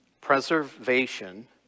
preservation